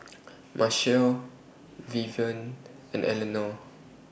Marshal Vivien and Eleanor